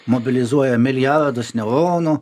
mobilizuoja milijardus neuronų